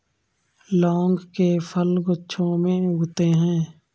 लौंग के फल गुच्छों में उगते हैं